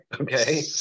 Okay